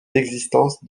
existence